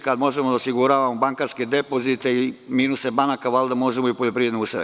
Kada možemo da osiguravamo bankarske depozite i minuse banaka, valjda možemo i poljoprivredne useve.